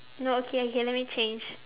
no okay okay let me change